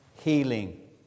healing